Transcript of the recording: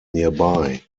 nearby